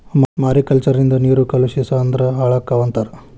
mariculture ನಿಂದ ನೇರು ಕಲುಷಿಸ ಅಂದ್ರ ಹಾಳಕ್ಕಾವ ಅಂತಾರ